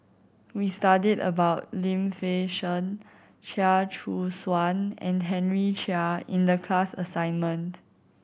we studied about Lim Fei Shen Chia Choo Suan and Henry Chia in the class assignment